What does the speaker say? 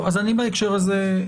אז אני בהקשר הזה,